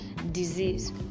Disease